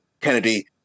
Kennedy